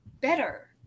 better